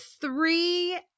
three